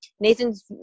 nathan's